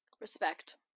Respect